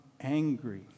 angry